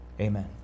Amen